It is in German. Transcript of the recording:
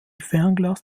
fernglas